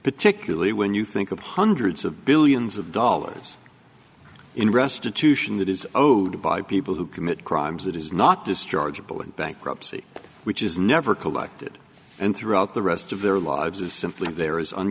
particularly when you think of hundreds of billions of dollars in restitution that is owed by people who commit crimes that is not dischargeable in bankruptcy which is never collected and throughout the rest of their lives is simply there is